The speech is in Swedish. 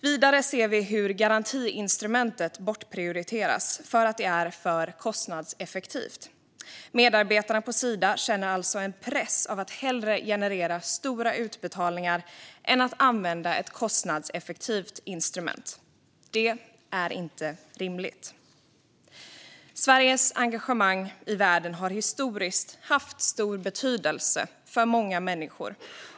Vidare ser vi hur garantiinstrumentet bortprioriteras för att det är för kostnadseffektivt. Medarbetarna på Sida känner alltså en press att hellre generera stora utbetalningar än att använda ett kostnadseffektivt instrument. Det är inte rimligt. Sveriges engagemang i världen har historiskt haft stor betydelse för många människor.